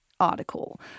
Article